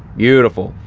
beautiful.